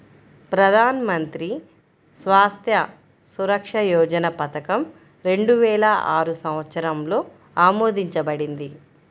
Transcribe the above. ప్రధాన్ మంత్రి స్వాస్థ్య సురక్ష యోజన పథకం రెండు వేల ఆరు సంవత్సరంలో ఆమోదించబడింది